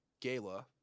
gala